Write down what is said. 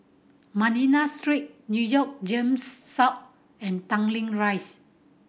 Manila Street Newton GEMS South and Tanglin Rise